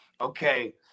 okay